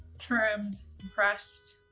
trimmed, and pressed.